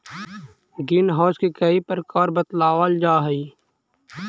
green house के कई प्रकार बतलावाल जा हई